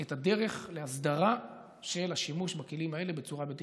את הדרך להסדרה של השימוש בכלים האלה בצורה בטיחותית.